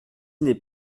n’est